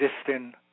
existing